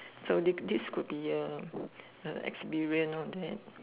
so this could be an experience all that